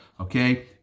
Okay